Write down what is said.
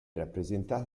rappresentata